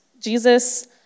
Jesus